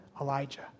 Elijah